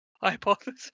hypothesis